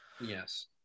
Yes